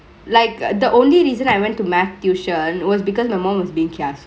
like the only reason I went to math tuition was because my mom was beingk kiasu